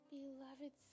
beloved